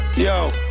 Yo